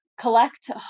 collect